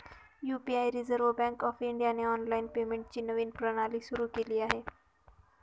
UPI reserve bank of इंडियाने online पेमेंटची नवीन प्रणाली सुरू केली आहे